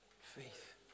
faith